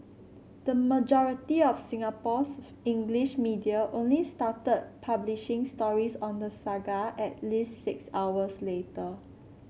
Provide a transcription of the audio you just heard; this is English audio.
the majority of Singapore's English media only started publishing stories on the saga at least six hours later